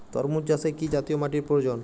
তরমুজ চাষে কি জাতীয় মাটির প্রয়োজন?